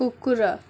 କୁକୁର